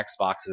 Xboxes